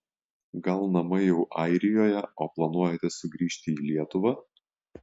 gal namai jau airijoje o planuojate sugrįžti į lietuvą